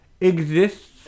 exists